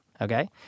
okay